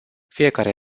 fiecare